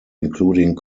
including